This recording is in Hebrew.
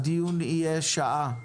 הדיון יימשך שעה.